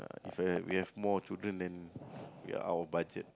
uh if we have we have more children then we are out of budget